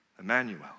Emmanuel